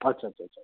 अच्छा अच्छा अच्छा